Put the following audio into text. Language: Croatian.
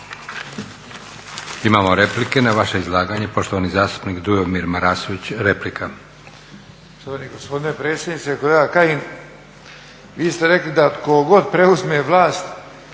Imamo replike na vaše izlaganje. Poštovani zastupnik Dujomir Marasović, replika.